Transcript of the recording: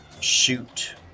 shoot